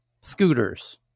scooters